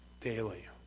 daily